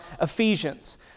Ephesians